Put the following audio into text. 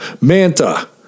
Manta